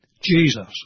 Jesus